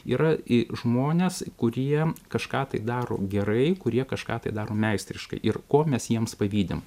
yra i žmonės kurie kažką tai daro gerai kurie kažką tai daro meistriškai ir ko mes jiems pavydim